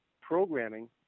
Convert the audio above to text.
programming